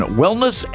wellness